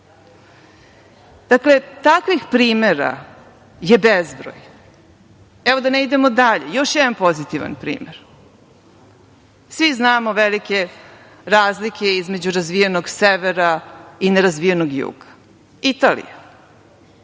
takvih primera je bezbroj. Da ne idemo dalje, još jedan pozitivan primer. Svi znamo velike razlike između razvijenog severa i nerazvijenog juga. Italija